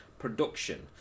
production